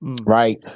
Right